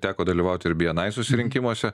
teko dalyvauti ir bni susirinkimuose